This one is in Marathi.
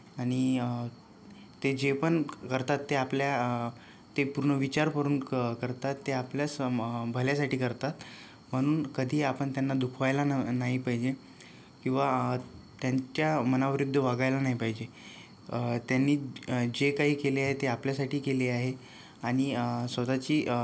आणि ते जे पण करतात ते आपल्या ते पूर्ण विचार करून करतात ते आपल्या स म भल्यासाठी करतात म्हणून कधी आपण त्यांना दुखवायला न नाही पाहिजे किंवा त्यांच्या मनाविरूद्ध वागायला नाही पाहिजे त्यांनी जे काही केले आहे ते आपल्यासाठी केले आहे आणि स्वतःची